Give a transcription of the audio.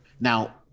Now